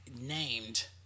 named